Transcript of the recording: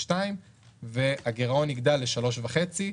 2022 והגירעון יגדל ל-3.5%,